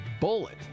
bullet